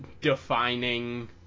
defining